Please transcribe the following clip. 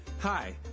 Hi